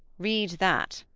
read that.